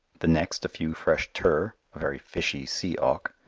the next a few fresh turr, a very fishy sea auk,